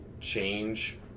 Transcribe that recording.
change